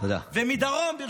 ומדרום, תודה.